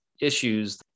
issues